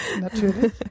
Natürlich